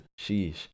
sheesh